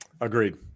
Agreed